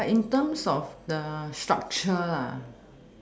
but but in terms of the structure